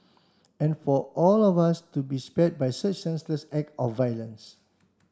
and for all of us to be spared by such senseless act of violence